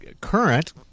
current